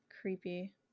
Creepy